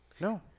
No